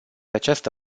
această